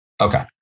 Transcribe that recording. Okay